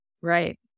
right